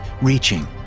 reaching